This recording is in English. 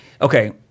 Okay